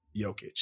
Jokic